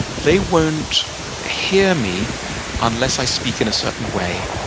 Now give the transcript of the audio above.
they won't hear me unless i speak in a certain way.